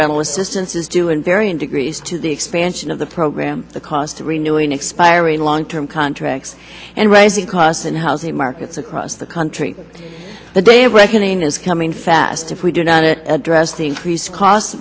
rental assistance is due in varying degrees to the expansion of the program the cost of renewing expiring long term contracts and rising costs and housing markets across the country the day of reckoning is coming fast if we do not addressing crease cos